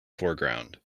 foreground